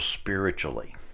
spiritually